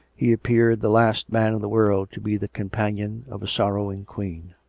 he appeared the last man in the world to be the companion of a sorrowing queen